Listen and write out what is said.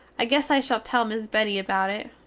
i guess i shall tell miss betty about it.